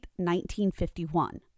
1951